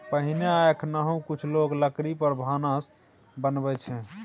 पहिने आ एखनहुँ कुछ लोक लकड़ी पर भानस बनबै छै